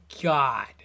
God